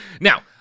Now-